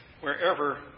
wherever